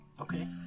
Okay